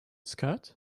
skirt